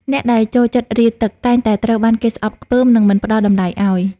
អ្នកដែលចូលចិត្តរាទឹក តែងតែត្រូវបានគេស្អប់ខ្ពើម និងមិនផ្ដល់តម្លៃឱ្យ។